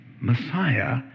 Messiah